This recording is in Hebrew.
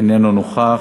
איננו נוכח,